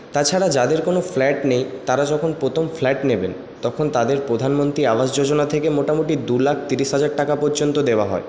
তাছাড়া যাদের কোন ফ্ল্যাট নেই তারা যখন প্রথম ফ্ল্যাট নেবেন তখন তাদের প্রধানমন্ত্রী আবাস যোজনা থেকে মোটামুটি দু লাখ তিরিশ হাজার টাকা পর্যন্ত দেওয়া হয়